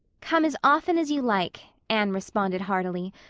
come as often as you like, anne responded heartily,